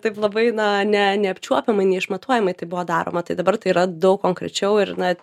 taip labai na ne neapčiuopiamai neišmatuojamai tai buvo daroma tai dabar tai yra daug konkrečiau ir na